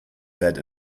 said